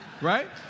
right